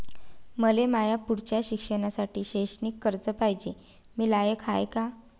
मले माया पुढच्या शिक्षणासाठी शैक्षणिक कर्ज पायजे, मी लायक हाय का?